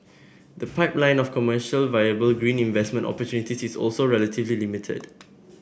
the pipeline of commercially viable green investment opportunities is also relatively limited